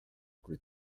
kuid